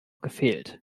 gefehlt